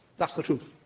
that's the truth.